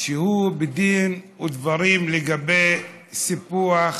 שהוא בדין ודברים לגבי סיפוח